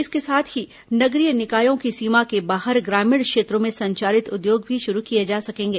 इसके साथ ही नगरीय निकायों की सीमा के बाहर ग्रामीण क्षेत्रों में संचालित उद्योग भी शुरू किए जा सकेंगे